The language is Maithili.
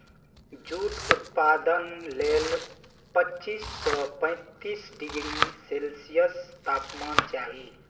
जूट उत्पादन लेल पच्चीस सं पैंतीस डिग्री सेल्सियस तापमान चाही